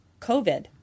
covid